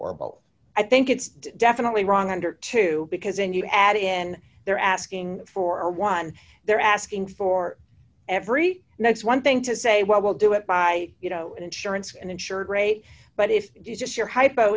or both i think it's definitely wrong under two because then you add in they're asking for one they're asking for every next one thing to say well we'll do it by you know insurance and insured rate but if it is just your hypo